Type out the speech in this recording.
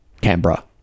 Canberra